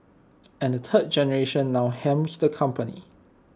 and the third generation now helms the company